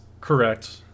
Correct